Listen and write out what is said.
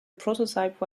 prototype